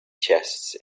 chests